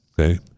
Okay